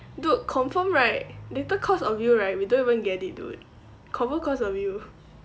dude confirm right later cause of you right we don't even get it dude confirm cause of you